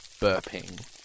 burping